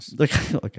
Okay